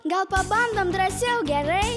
gal pabandom drąsiau gerai